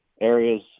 areas